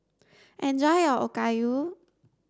enjoy your Okayu